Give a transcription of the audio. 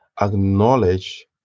acknowledge